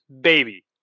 baby